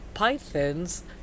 Pythons